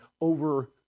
over